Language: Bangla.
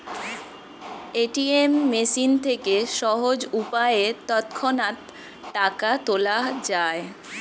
এ.টি.এম মেশিন থেকে সহজ উপায়ে তৎক্ষণাৎ টাকা তোলা যায়